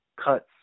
cuts